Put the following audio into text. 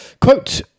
Quote